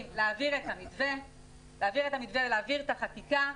להעביר את המתווה ולהעביר את החקיקה.